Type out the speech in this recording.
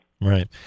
Right